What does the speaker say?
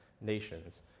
nations